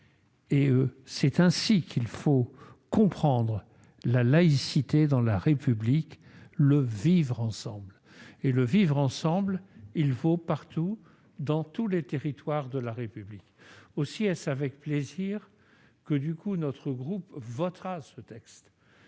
: c'est ainsi qu'il faut comprendre la laïcité dans la République ; c'est le vivre-ensemble qui vaut partout, dans tous les territoires de la République. Aussi est-ce avec plaisir que notre groupe votera ce texte.